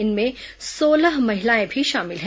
इनमें सोलह महिलाएं भी शामिल हैं